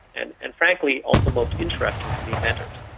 and and frankly also most interesting to the inventors.